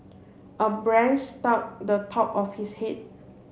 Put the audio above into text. a branch stock the top of his head